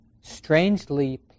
strangely